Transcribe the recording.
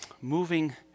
moving